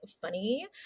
funny